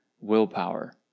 willpower